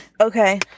Okay